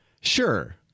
Sure